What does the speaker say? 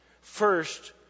first